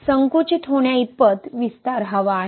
संकुचित होण्याइतपत विस्तार हवा आहे